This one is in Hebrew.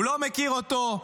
הוא לא מכיר אותו,